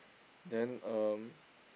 then um